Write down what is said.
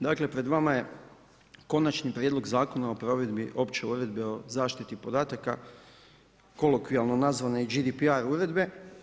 Dakle pred vama je Konačni prijedlog Zakona o provedbi opće uredbe o zaštiti podataka, kolokvijalno nazvano i GDP-a uredbe.